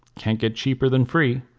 can't get cheaper than free.